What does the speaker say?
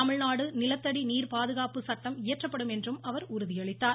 தமிழ்நாடு நிலத்தடி நீர் பாதுகாப்பு சட்டம் இயற்றப்படும் என்றும் அவர் உறுதியளித்தார்